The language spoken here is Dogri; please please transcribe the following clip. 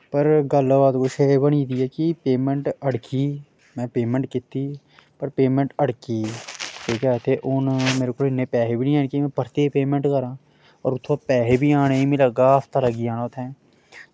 पर गल्ल कुछ एह् बनी दी कि पेमेंट अटकी में पेमेंट कीती पर पेमेंट अटकी ठीक ऐ ते हून मेरे कोल इन्ने पैसे बी निं हैन कि परतियै पेमेंट करांऽ और उत्थां पैसे बी आने मिगी लग्गा दा हफ्ता लग्गी जाना उत्थैं